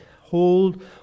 hold